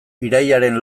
irailaren